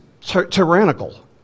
tyrannical